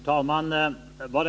Herr talman!